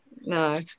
no